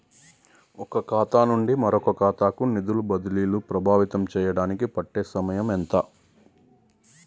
ఒక ఖాతా నుండి మరొక ఖాతా కు నిధులు బదిలీలు ప్రభావితం చేయటానికి పట్టే సమయం ఎంత?